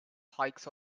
hikes